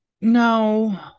No